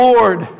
Lord